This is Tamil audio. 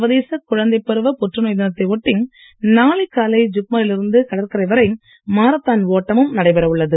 சர்வதேச குழந்தைப் பருவ புற்றுநோய் தினத்தை ஒட்டி நாளை காலை ஜிப்மரில் இருந்து கடற்கரை வரை மாரத்தான் ஒட்டமும் நடைபெற உள்ளது